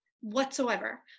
whatsoever